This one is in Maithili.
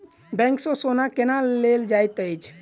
बैंक सँ सोना केना लेल जाइत अछि